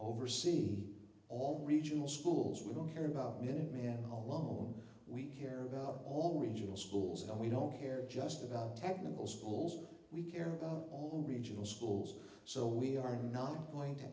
oversee all regional schools we don't care about minuteman alone we care about all regional schools and we don't care just about technical schools we care about all regional schools so we are not going to